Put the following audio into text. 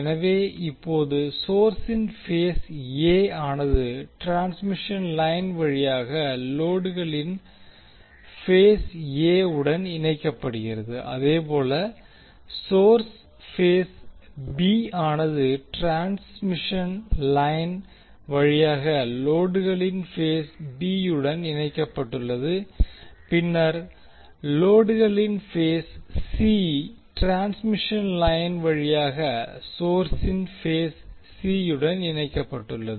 எனவே இப்போது சோர்ஸின் பேஸ் எ ஆனது ட்ரான்ஸ்மிஷண் லைன் வழியாக லோடுகளின் பேஸ் எ உடன் இணைக்கப்பட்டுள்ளது அதேபோல் சோர்ஸின் பேஸ் பி ஆனது டிரான்ஸ்மிஷன் லைன் வழியாக லோடுகளின் பேஸ் பி உடன் இணைக்கப்பட்டுள்ளது பின்னர் லோடுகளின் பேஸ் சி டிரான்ஸ்மிஷன் லைன் வழியாக சோர்ஸின் பேஸ் சி யுடன் இணைக்கப்பட்டுள்ளது